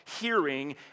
hearing